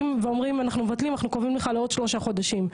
ואומרים אנחנו מבטלים וקובעים לך לעוד שלושה חודשים.